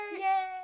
Yay